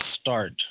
start